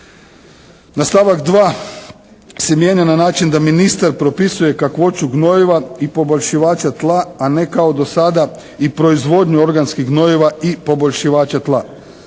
Na stavak 2. se mijenja na način da ministar propisuje kakvoću gnojiva i poboljšivača tla a ne kao do sada i proizvodnju organskih gnojiva i poboljšivača tla.